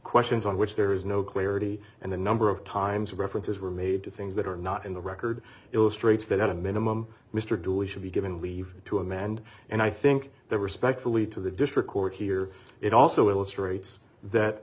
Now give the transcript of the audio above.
questions on which there is no clarity and the number of times references were made to things that are not in the record illustrates that at a minimum mr dooley should be given leave to a manned and i think there were speculate to the district court here it also illustrates